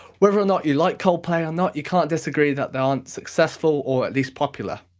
whether or not you like coldplay or not, you can't disagree that they aren't successful or at least popular.